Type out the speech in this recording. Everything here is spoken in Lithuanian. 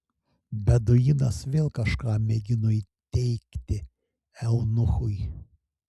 beduinas vėl kažką mėgino įteigti eunuchui